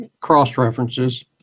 cross-references